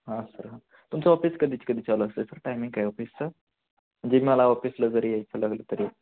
हां सर हां तुमचं ऑफिस कधीच कधी चालू असतं सर टायमिंग काय ऑफिसचं म्हणजे मला ऑफिसला जरी यायचं लागलं तरी